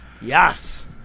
yes